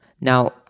Now